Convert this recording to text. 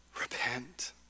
repent